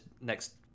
next